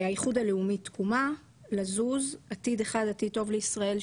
האיחוד הלאומי תקומה; לזוז; עתיד אחד עתיד טוב לישראל,